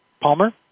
Palmer